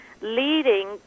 leading